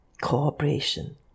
cooperation